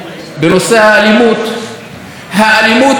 האלימות משתוללת בחברה הערבית,